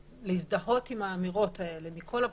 להזדהות עם האמירות האלה מכל הבחינות,